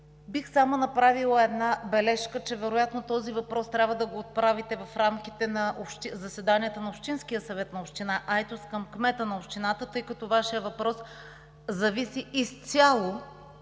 бих направила една бележка, че вероятно този въпрос трябва да го отправите в рамките на заседанието на общинския съвет на община Айтос към кмета на общината, тъй като Вашият въпрос зависи изцяло